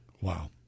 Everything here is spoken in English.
Wow